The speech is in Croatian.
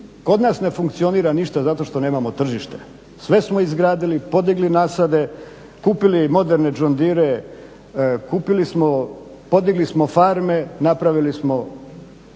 kod nas ne funkcionira ništa zato što nemamo tržište, sve smo izgradili, podigli nasade, kupili moderne džondire, kupili smo, podigli smo farme, napravili smo